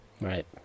Right